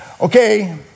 Okay